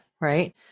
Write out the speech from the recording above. right